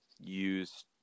use